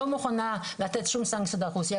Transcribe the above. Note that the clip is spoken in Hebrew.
לא מוכנה לתת שום סנקציות על רוסיה,